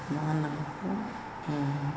मा होनो बेखौ